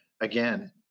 again